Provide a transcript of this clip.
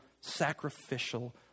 sacrificial